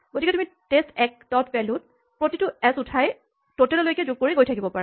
গতিকে তুমি test one dot value ত প্ৰতিটো এচ উঠাই টোটেললৈকে যোগ কৰি গৈ থাকিব পাৰা